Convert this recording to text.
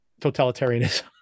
totalitarianism